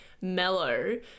mellow